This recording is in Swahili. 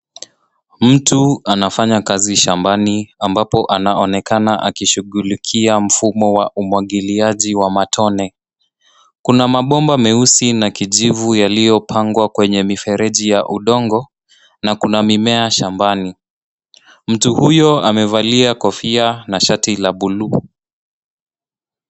Mtu anafanya kazi shambani ambapo anaonekana akishughulika mfumo wa umwagiliaji wa matone. Kuna mabomba meusi na kijivu yaliyopangwa kwenye mifereji ya udongo na kuna mimea shambani. Mtu huyo amevalia kofia na shati la buluu.